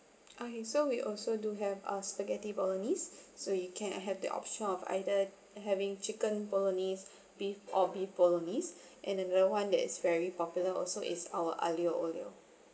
okay so we also do have uh spaghetti bolognese so you can have the option of either having chicken bolognese beef or beef bolognese and another [one] that is very popular also is our aglio olio